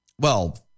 Well-